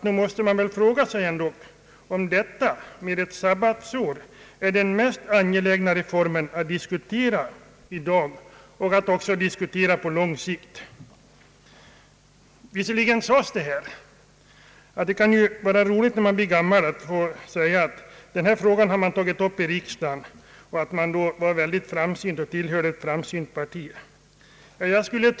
Nog måste man väl fråga sig om detta med ett sabbatsår är den mest angelägna reformen att diskutera i dag och på lång sikt. Visserligen sades det här att det kan vara roligt när man blir gammal att kunna säga: Denna fråga har man tagit upp i riksdagen och att man då var mycket framsynt och tillhörde ett framsynt parti.